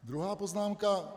Druhá poznámka.